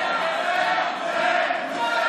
לך.